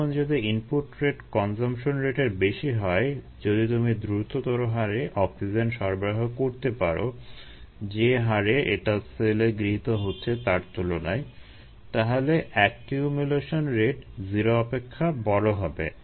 এখন যদি input rate consumption রেটের বেশি হয় যদি তুমি দ্রুততর হারে অক্সিজেন সরবরাহ করতে পারো যে হারে এটা সেলে গৃহীত হচ্ছে তার তুলনায় তাহলে একিউমুলেশন রেট 0 অপেক্ষা বড় হবে